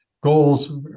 goals